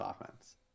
offense